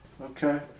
Okay